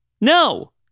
No